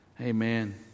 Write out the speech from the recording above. amen